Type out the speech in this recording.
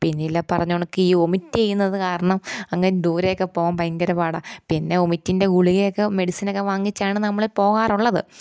പിന്നില്ലെ പറഞ്ഞ കണക്ക് ഈ വൊമിറ്റ് ചെയ്യുന്നത് കാരണം അങ്ങ് ദൂരെയൊക്കെ പോകാൻ ഭയങ്കര പാടാണ് പിന്നെ വൊമിറ്റിൻ്റെ ഗുളികയൊക്കെ മെഡിസിനൊക്കെ വാങ്ങിച്ചാണ് നമ്മൾ പോകാറുള്ളത്